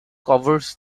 covers